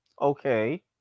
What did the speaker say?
Okay